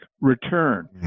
return